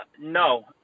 no